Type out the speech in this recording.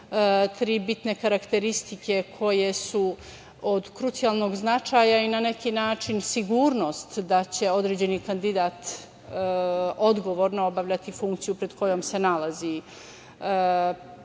tri bitne karakteristike koje su od krucijalnog značaja i na neki način sigurnost da će određeni kandidat odgovorno obavljati funkciju pred kojom se nalazi. Sudija